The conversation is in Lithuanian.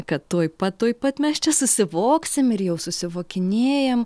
kad tuoj pat tuoj pat mes čia susivoksim ir jau susivokinėjam